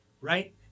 Right